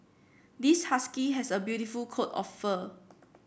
this husky has a beautiful coat of fur